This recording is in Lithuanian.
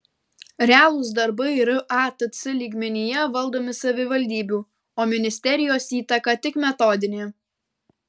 realūs darbai ratc lygmenyje valdomi savivaldybių o ministerijos įtaka tik metodinė